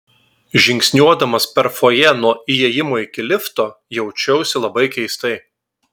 žingsniuodamas per fojė nuo įėjimo iki lifto jaučiausi labai keistai